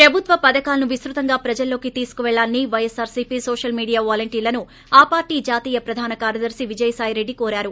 ప్రభుత్వ పథకాలను విస్తృతంగా ప్రజల్లోకి తీసుకెళ్ళాలని వైఎస్సార్సీపీ నోషల్ మీడియా వలంటీర్లను ఆ పార్వీ జాతీయ ప్రధాన కార్యదర్తి విజయసాయి రెడ్డి కోరారు